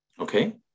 Okay